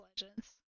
legends